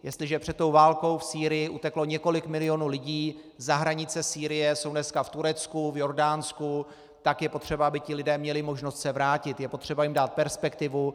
Jestliže před válkou v Sýrii uteklo několik milionů lidí za hranice Sýrie, jsou dneska v Turecku, v Jordánsku, tak je potřeba, aby ti lidé měli možnost se vrátit, je potřeba jim dát perspektivu.